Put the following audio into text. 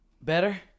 Better